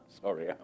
Sorry